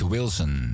Wilson